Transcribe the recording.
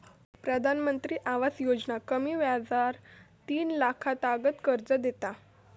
प्रधानमंत्री आवास योजना कमी व्याजार तीन लाखातागत कर्ज देता